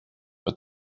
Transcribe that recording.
but